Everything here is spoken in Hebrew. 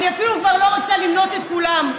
אני אפילו כבר לא רוצה למנות את כולם,